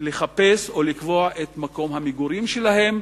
לחפש או לקבוע את מקום המגורים שלהם,